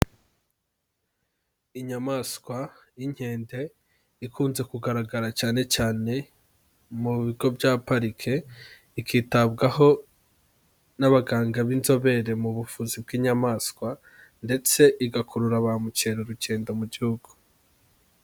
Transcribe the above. Inyamaswa y'inkende ikunze kugaragara cyane cyane mu bigo bya pariki, ikitabwaho n'abaganga b'inzobere mu buvuzi bw'inyamaswa ndetse igakurura ba mukerarugendo mu gihugu.